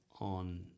on